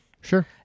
Sure